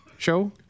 show